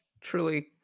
Truly